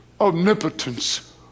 omnipotence